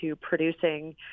producing